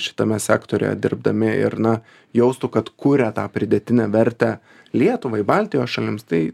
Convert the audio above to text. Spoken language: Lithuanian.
šitame sektoriuje dirbdami ir na jaustų kad kuria tą pridėtinę vertę lietuvai baltijos šalims tai